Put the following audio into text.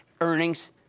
earnings